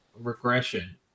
regression